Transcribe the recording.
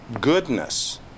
goodness